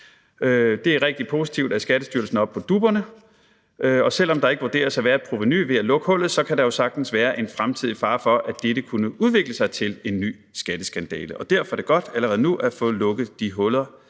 Det er rigtig positivt, at Skattestyrelsen er oppe på dupperne, og selv om der ikke vurderes at være et provenu ved at lukke hullet, kan der jo sagtens være en fremtidig fare for, at dette kunne udvikle sig til en ny skatteskandale. Derfor er det godt allerede nu at få lukket de huller,